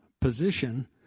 position